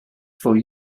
for